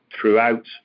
throughout